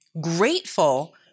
grateful